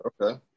Okay